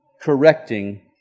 correcting